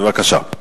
בבקשה.